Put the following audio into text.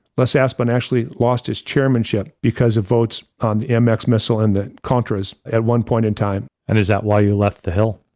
les aspin actually lost his chairmanship because of votes on the um mx missile and the contras at one point in time. and is that why you left the hill?